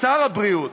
שר הבריאות,